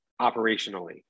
operationally